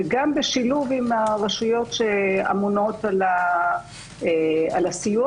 וגם בשילוב הרשויות שאמונות על הסיוע